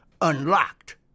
unlocked